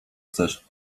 chcesz